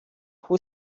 who